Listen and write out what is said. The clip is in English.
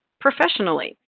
professionally